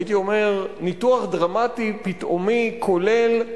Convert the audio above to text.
הייתי אומר, ניתוח דרמטי פתאומי, כולל,